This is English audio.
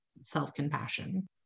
self-compassion